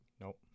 Nope